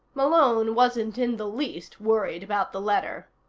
malone wasn't in the least worried about the letter.